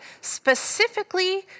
specifically